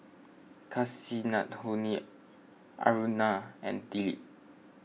Kasinadhuni Aruna and Dilip